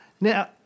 Now